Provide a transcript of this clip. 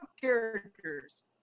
characters